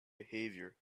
behavior